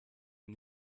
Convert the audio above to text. ihm